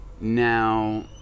now